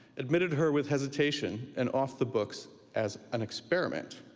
admitted her with hesitation and off the books as an experiment.